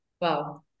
Wow